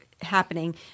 happening